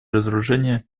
разоружения